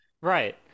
right